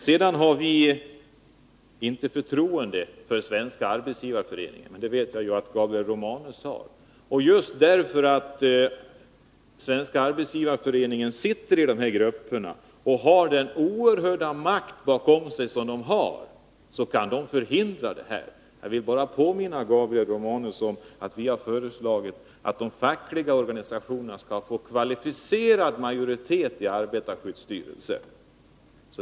Vi har inte förtroende för Svenska arbetsgivareföreningen, men det vet jag att Gabriel Romanus har. Just därför att Svenska arbetsgivareföreningen sitter med i dessa grupper och har den oerhörda makt bakom sig som den har kan föreningen förhindra vissa saker. Jag vill bara påminna Gabriel Romanus om att vi har föreslagit att de fackliga organisationerna skall få kvalificerad majoritet i arbetarskyddsstyrelsen.